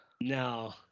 No